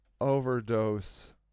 Overdose